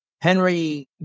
Henry